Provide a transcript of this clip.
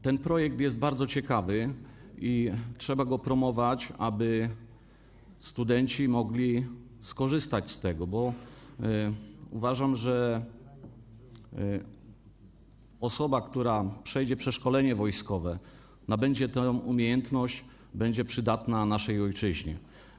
Ten projekt jest bardzo ciekawy i trzeba go promować, aby studenci mogli skorzystać z tego, bo uważam, że osoba, która przejdzie przeszkolenie wojskowe, nabędzie tę umiejętność, będzie przydatna naszej ojczyźnie.